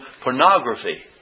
pornography